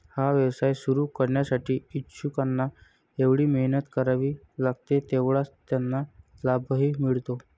हा व्यवसाय सुरू करण्यासाठी इच्छुकांना जेवढी मेहनत करावी लागते तेवढाच त्यांना लाभही मिळतो